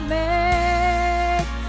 make